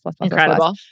Incredible